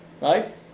right